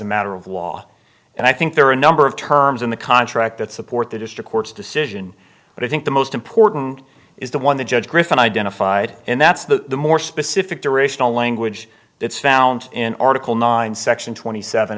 a matter of law and i think there are a number of terms in the contract that support the district court's decision but i think the most important is the one that judge griffin identified and that's the more specific durational language it's found in article nine section twenty seven